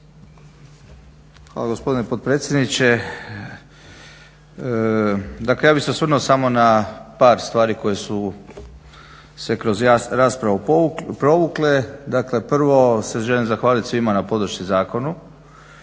hvala gospodine potpredsjedniče. Dakle ja bih se osvrnuo samo na par stvari koje su se kroz raspravu provukle. Dakle prvo se želim zahvaliti svima na podršci zakonu.